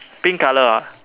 pink colour ah